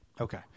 Okay